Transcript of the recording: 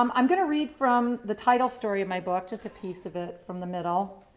um i'm going to read from the title story of my book, just a piece of it from the middle.